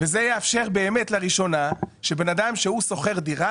וזה יאפשר באמת לראשונה שבן אדם שהוא שוכר דירה